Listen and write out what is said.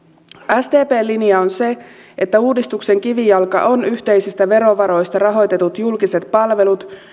sdpn linja on se että uudistuksen kivijalka ovat yhteisistä verovaroista rahoitetut julkiset palvelut